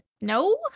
No